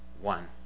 one